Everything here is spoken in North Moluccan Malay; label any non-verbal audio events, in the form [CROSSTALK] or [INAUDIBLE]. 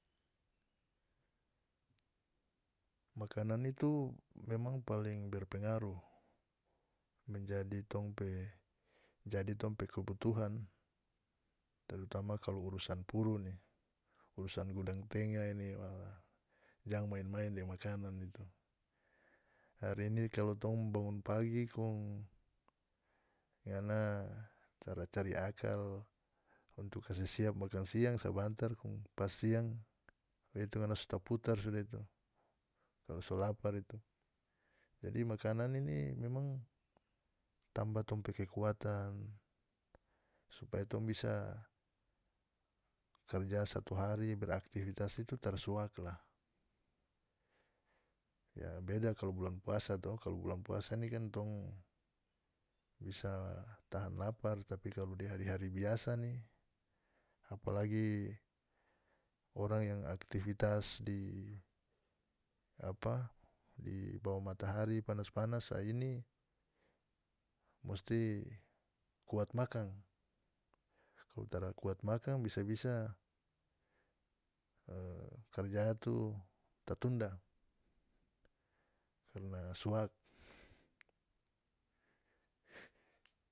Makanan itu memang paling berpengaruh menjadi tong pe jadi tong pe kebutuhan terutama kalu urusan puru ni urusan gudang tengah ini wala jang maen-maen deng makanan itu hari ini kalu tong bangun pagi kong ngana tara cari akal untuk kasi siap makan siang sabantar kong pas siang begitu ngana so taputar sudah itu kalu so lapar itu jadi makanan ini memang tambah tong pe kekuatan supaya tong bisa karja satu hari beraktivitas itu tara suak lah ya beda kalu bulan puasa to kalu bulan puasa ni kan tong bisa tahan lapar tapi kalu di hari-hari biasa ni apalagi orang yagn aktivitas di apa di bawa matahari panas-panas a ini musti kuat makan kalu tara kuat makan bisa-bisa e karja tu tatunda karna suak [NOISE]